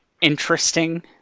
interesting